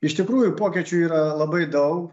iš tikrųjų pokyčių yra labai daug